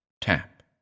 tap